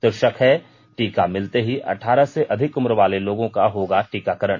शीर्षक है टीका मिलते ही अठारह से अधिक उम्र वाले लोगों का होगा टीकाकरण